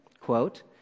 quote